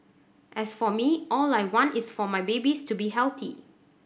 as for me all I want is for my babies to be healthy